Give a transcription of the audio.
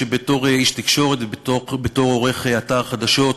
שבתור איש תקשורת ובתור עורך אתר חדשות,